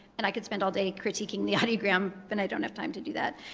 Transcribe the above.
and i could spend all day critiquing the audiogram, but i don't have time to do that.